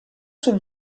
sul